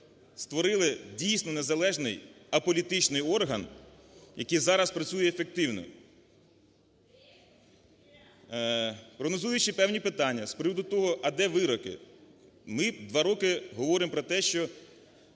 створили дійсно незалежний аполітичний орган, який зараз працює ефективно. Прогнозуючи певні питання з приводу того "а де вироки?", ми два роки говоримо про те, що